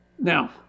Now